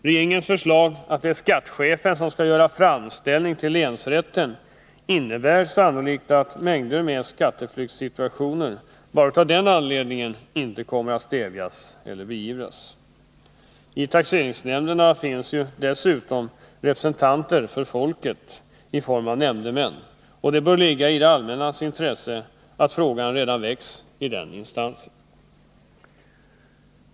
Regeringens förslag att skattechefen skall göra framställning till länsrätten innebär sannolikt att skatteflykt i en mängd fall inte kommer att stävjas eller beivras. I taxeringsnämnderna finns dessutom representanter för folket i form av nämndemän, och det bör ligga i det allmännas intresse att frågan väcks redan i den instansen.